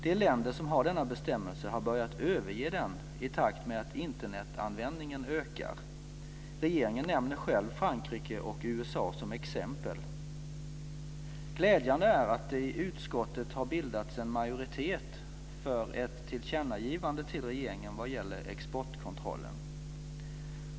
De länder som har denna bestämmelse har börjat överge den i takt med att Internetanvändningen ökar. Regeringen nämner själv Frankrike och USA som exempel. Glädjande är att det i utskottet har bildats en majoritet för ett tillkännagivande till regeringen vad gäller exportkontrollen.